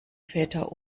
väter